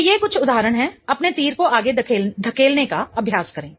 तो ये कुछ उदाहरण हैं अपने तीर को आगे धकेलने का अभ्यास करें